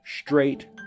straight